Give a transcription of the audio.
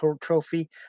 trophy